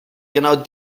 genau